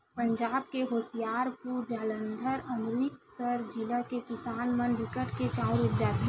पंजाब के होसियारपुर, जालंधर, अमरितसर जिला के किसान मन बिकट के चाँउर उपजाथें